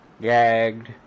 gagged